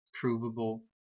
provable